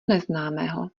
neznámého